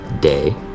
day